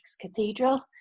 Cathedral